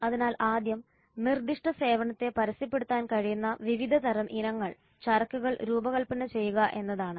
അതിനാൽ ആദ്യം നിർദ്ദിഷ്ട സേവനത്തെ പരസ്യപ്പെടുത്താൻ കഴിയുന്ന വിവിധ തരം ഇനങ്ങൾ ചരക്കുകൾ രൂപകൽപ്പന ചെയ്യുക എന്നതാണ്